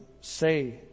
say